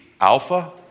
Alpha